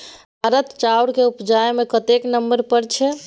भारत चाउरक उपजा मे कतेक नंबर पर छै?